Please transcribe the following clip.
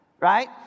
right